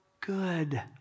good